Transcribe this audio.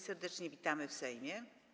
Serdecznie witamy w Sejmie.